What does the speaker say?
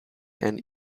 and